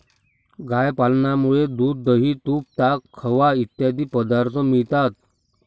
गाय पालनामुळे दूध, दही, तूप, ताक, खवा इत्यादी पदार्थ मिळतात